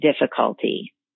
difficulty